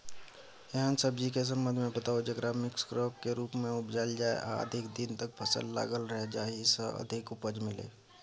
एहन सब्जी के संबंध मे बताऊ जेकरा मिक्स क्रॉप के रूप मे उपजायल जाय आ अधिक दिन तक फसल लागल रहे जाहि स अधिक उपज मिले?